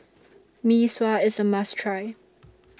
Mee Sua IS A must Try